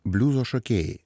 bliuzo šokėjai